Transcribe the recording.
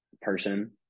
person